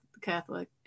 Catholic